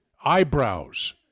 Eyebrows